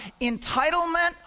Entitlement